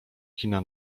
kina